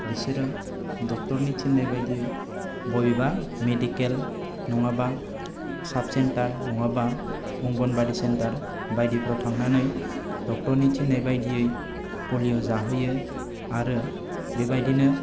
बिसोरो डक्टर नि थिन्नाय बायदियै बबेबा मेडिकेल नङाबा साब सेन्टार नङाबा अंगनबादि सेन्टार बायदिफ्राव थांनानै डक्टर नि थिन्नाय बायदियै पलिय' जाहोयो आरो बेबायदिनो